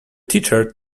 teacher